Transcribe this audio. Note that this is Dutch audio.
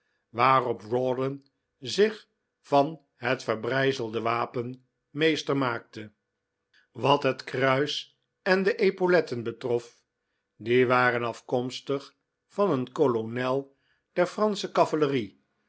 waarop rawdon zich van het verbrijzelde wapen meester maakte wat het kruis en de epauletten betrof die waren af komstig van een kolonel der fransche